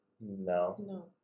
No